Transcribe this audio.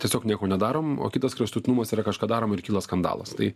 tiesiog nieko nedarom o kitas kraštutinumas yra kažką darom ir kyla skandalas tai